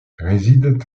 résident